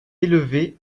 élevé